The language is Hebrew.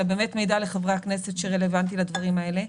באמת מידע לחברי הכנסת שרלוונטי לדברים האלה.